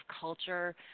culture